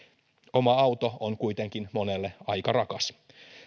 oma auto on kuitenkin monelle aika rakas